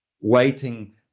waiting